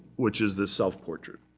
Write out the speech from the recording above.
which is the self-portrait,